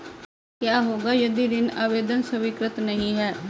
क्या होगा यदि ऋण आवेदन स्वीकृत नहीं है?